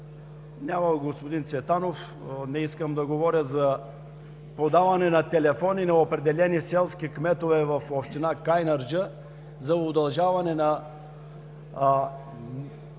Няма го господин Цветанов, не искам да говоря за продаване на телефони на определени селски кметове в община Кайнарджа за удължаване на